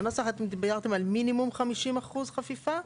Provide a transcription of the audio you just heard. בנוסח אתם דיברתם על מינימום 50% חפיפה,